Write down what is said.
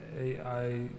AI